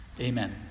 Amen